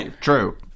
True